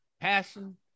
passion